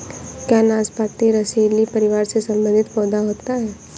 क्या नाशपाती रोसैसी परिवार से संबंधित पौधा होता है?